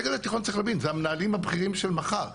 צריך להבין, זה המנהלים הבכירים של מחר.